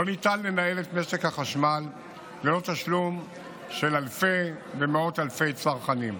לא ניתן לנהל את משק החשמל ללא תשלום של אלפי ומאות אלפי צרכנים.